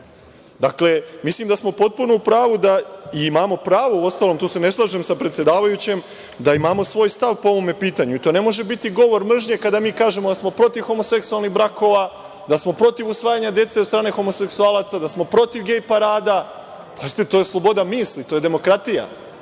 Dakle, mislim da smo potpuno u pravu i imamo pravo uostalom, tu se ne slažem sa predsedavajućem, da imamo svoj stav po ovom pitanju i to ne može biti govor mržnje kada mi kažemo da smo protiv homoseksualnih brakova, da smo protiv usvajanja dece od strane homoseksualaca, da smo protiv gej parada. Pazite, to je sloboda misli, to je demokratija.